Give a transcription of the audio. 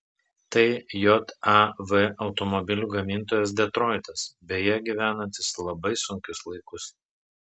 tai jav automobilių gamintojas detroitas beje gyvenantis labai sunkius laikus